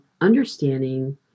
understanding